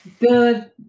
Good